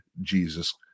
Jesus